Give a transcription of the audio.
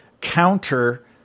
counter